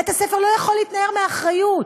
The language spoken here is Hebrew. בית-הספר לא יכול להתנער מאחריות.